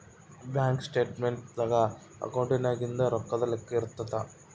bank statement ದಾಗ ಅಕೌಂಟ್ನಾಗಿಂದು ರೊಕ್ಕದ್ ಲೆಕ್ಕ ಇರುತ್ತ